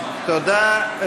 תודה.